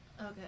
Okay